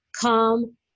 come